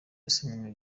yasomye